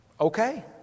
Okay